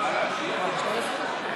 אין הגבלת זמן לשרים.